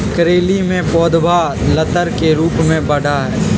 करेली के पौधवा लतर के रूप में बढ़ा हई